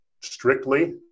strictly